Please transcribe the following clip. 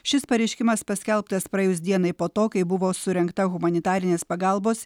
šis pareiškimas paskelbtas praėjus dienai po to kai buvo surengta humanitarinės pagalbos